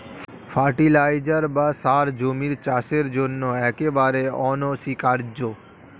fertiliser বা সার জমির চাষের জন্য একেবারে অনস্বীকার্য